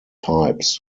types